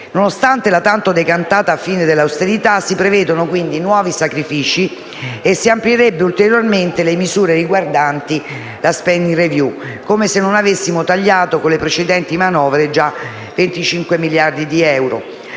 Nonostante la tanto decantata fine dell'austerità, si prevedono quindi nuovi sacrifici e si amplierebbero ulteriormente le misure riguardanti la *spending review* come se, con le precedenti manovre, non avessimo tagliato già 25 miliardi di euro,